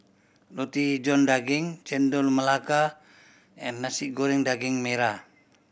Roti John Daging Chendol Melaka and Nasi Goreng Daging Merah